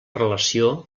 relació